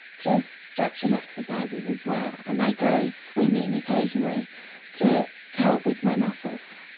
just stretching exercises as well and i go swimming occasionally to help with my muscles.